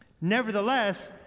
Nevertheless